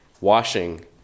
washing